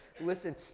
listen